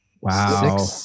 Wow